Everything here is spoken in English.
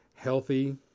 healthy